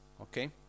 Okay